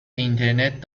اینترنت